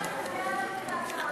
ועכשיו את מביאה לנו את ההצעה השנייה.